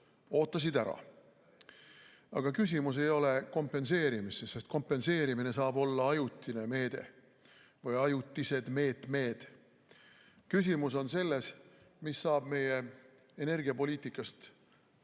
ootasid ära. Kuid küsimus ei ole kompenseerimises, sest kompenseerimine saab olla ajutine meede või ajutised meetmed. Küsimus on selles, mis saab meie energiapoliitikast pikemas